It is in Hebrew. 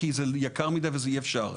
כי זה יקר מדי וזה אי אפשר.